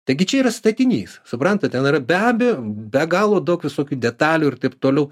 taigi čia yra statinys suprantat ten yra beajejo be galo daug visokių detalių ir taip toliau